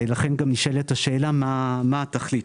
לכן השאלה היא התכלית.